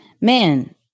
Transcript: man